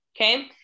Okay